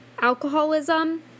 alcoholism